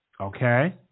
Okay